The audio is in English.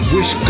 Wish